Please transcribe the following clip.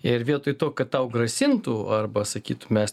ir vietoj to kad tau grasintų arba sakytų mes